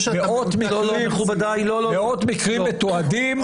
מאות מקרים מתועדים,